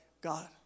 God